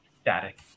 static